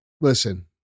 listen